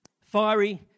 fiery